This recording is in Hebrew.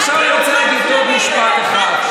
עכשיו אני רוצה להגיד עוד משפט אחד: